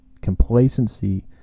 complacency